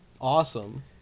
awesome